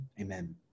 Amen